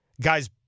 Guy's